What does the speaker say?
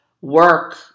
work